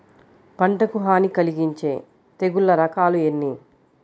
పంటకు హాని కలిగించే తెగుళ్ళ రకాలు ఎన్ని?